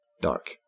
Dark